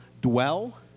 dwell